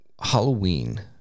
Halloween